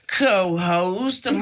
co-host